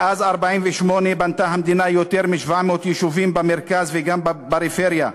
מאז 1948 בנתה המדינה יותר מ-700 יישובים במרכז וגם בפריפריה,